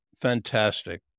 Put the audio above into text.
Fantastic